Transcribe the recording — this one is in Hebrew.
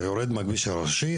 אתה יורד מהכביש הראשי,